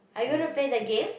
are you going to play the game